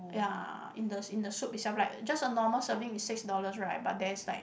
ya in the in the soup itself like just a normal serving is six dollars right but there's like